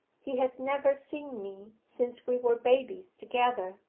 he has never seen me since we were babies together.